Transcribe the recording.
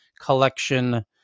collection